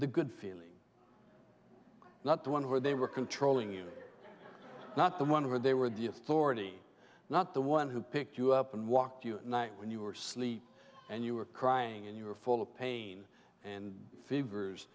the good feeling not the one where they were controlling you not the one who they were the authority not the one who picked you up and walked you at night when you were sleep and you were crying and you were full of pain and fevers